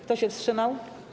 Kto się wstrzymał?